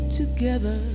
together